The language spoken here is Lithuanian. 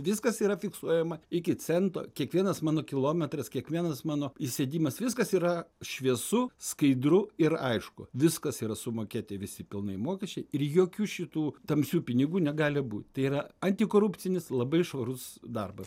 viskas yra fiksuojama iki cento kiekvienas mano kilometras kiekvienas mano įsėdimas viskas yra šviesu skaidru ir aišku viskas yra sumokėti visi pilnai mokesčiai ir jokių šitų tamsių pinigų negali būt tai yra antikorupcinis labai švarus darbas